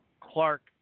Clark